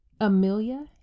Amelia